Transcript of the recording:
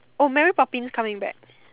oh mary Poppins coming back